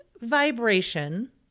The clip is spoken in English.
vibration